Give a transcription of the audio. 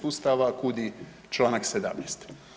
Ustava, kudi Članak 17.